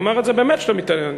אני אומר את זה באמת שאתה מתעניין,